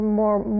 more